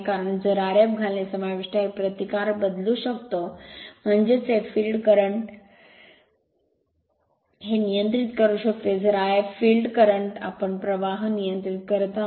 कारण जर Rf घालणे समाविष्ट करणे प्रतिकार बदलू शकतो म्हणूनच हे फील्ड करंट हे नियंत्रित करू शकते जर If फील्ड करंट आम्ही प्रवाह नियंत्रित करीत आहोत